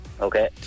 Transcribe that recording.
Okay